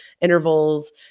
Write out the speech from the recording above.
intervals